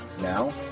Now